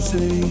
Say